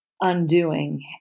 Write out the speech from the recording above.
undoing